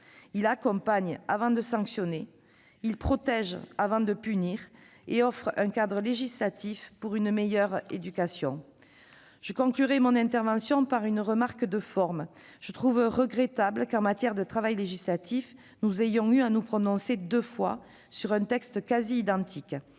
Il accompagne avant de sanctionner, il protège avant de punir et offre un cadre législatif pour une meilleure éducation. Je conclurai mon intervention par une remarque de forme : je trouve regrettable, en matière de travail législatif, que nous ayons eu à nous prononcer deux fois sur un texte quasi identique.